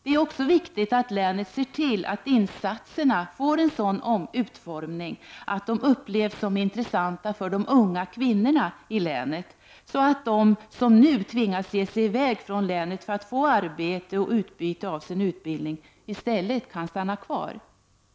Det är även viktigt att länet ser till att insatserna får en sådan utformning att de upplevs som intressanta för de unga kvinnorna i länet, så att de som nu tvingas ”ge sig i väg” från länet för att få arbete och utbyte av sin utbildning i stället kan stanna kvar.